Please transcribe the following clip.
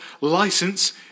license